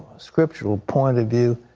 scriptural point of view,